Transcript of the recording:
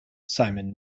simon